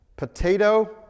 Potato